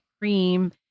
cream